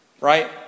right